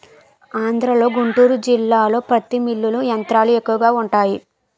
ఆంధ్రలో గుంటూరు జిల్లాలో పత్తి మిల్లులు యంత్రాలు ఎక్కువగా వుంటాయి